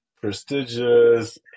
prestigious